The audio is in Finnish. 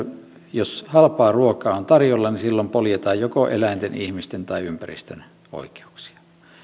jos halpaa ruokaa on tarjolla silloin poljetaan joko eläinten ihmisten tai ympäristön oikeuksia